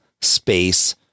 space